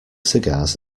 cigars